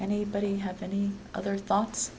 anybody has any other thoughts